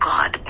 God